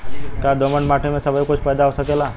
का दोमट माटी में सबही कुछ पैदा हो सकेला?